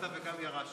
גם כן בעד.